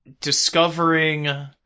discovering